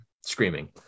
screaming